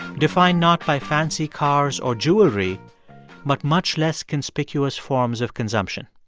defined not by fancy cars or jewelry but much less conspicuous forms of consumption.